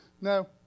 No